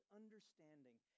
understanding